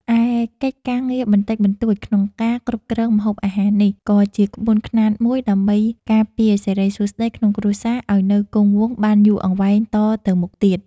ឯកិច្ចការងារបន្តិចបន្តួចក្នុងការគ្របគ្រងម្ហូបអាហារនេះ ក៏ជាក្បួនខ្នាតមួយដើម្បីការពារសិរីសួស្តីក្នុងគ្រួសារឱ្យនៅគង់វង្សបានយូរអង្វែងតទៅមុខទៀត។